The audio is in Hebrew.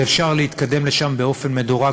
ואפשר להתקדם לשם באופן מדורג,